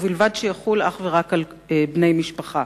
ובלבד שיחול אך ורק על בני משפחה,